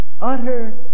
utter